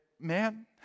man